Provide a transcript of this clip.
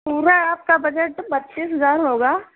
पूरा आपका बजट बत्तीस हज़ार होगा